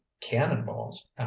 cannon-balls